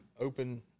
open